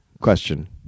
question